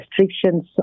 restrictions